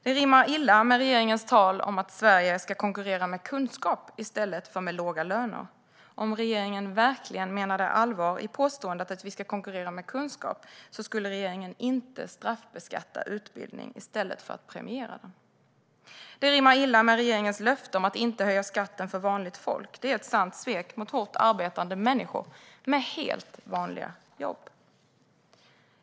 Det rimmar illa med regeringens tal om att Sverige ska konkurrera med kunskap i stället för med låga löner. Om regeringen verkligen menade allvar med påståendet att vi ska konkurrera med kunskap skulle regeringen inte straffbeskatta utbildning i stället för att premiera den. Det rimmar illa med regeringens löfte om att inte höja skatten för vanligt folk. Det är ett sant svek mot hårt arbetande människor med helt vanliga jobb.